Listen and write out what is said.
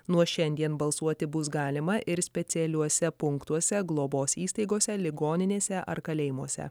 nuo šiandien balsuoti bus galima ir specialiuose punktuose globos įstaigose ligoninėse ar kalėjimuose